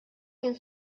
kien